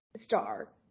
star